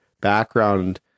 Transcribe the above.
background